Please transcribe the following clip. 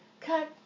cut